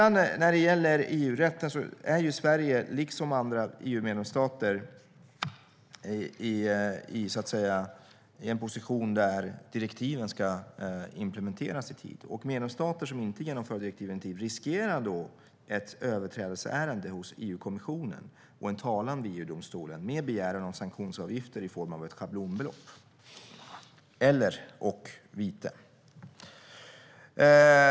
När det sedan gäller EU-rätten är Sverige, liksom andra EU-medlemsstater, i en position där direktiven ska implementeras i tid. Medlemsstater som inte genomför direktiven i tid riskerar ett överträdesärende hos EU-kommissionen och en talan i EU-domstolen med begäran om sanktionsavgifter i form av ett schablonbelopp och eller vite.